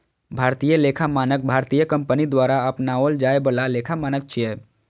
भारतीय लेखा मानक भारतीय कंपनी द्वारा अपनाओल जाए बला लेखा मानक छियै